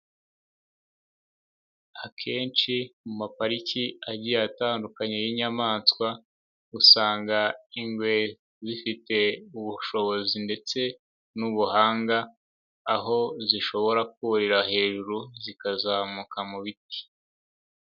Akenshi mu mapariki agiye atandukanye y'inyamaswa, usanga ingwe zifite ubushobozi ndetse n'ubuhanga, aho zishobora kurira hejuru zikazamuka mu biti.